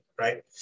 Right